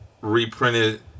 reprinted